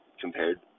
compared